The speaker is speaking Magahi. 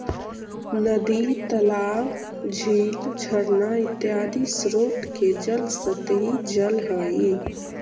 नदी तालाब, झील झरना इत्यादि स्रोत के जल सतही जल हई